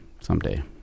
someday